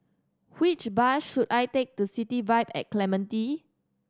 which bus should I take to City Vibe at Clementi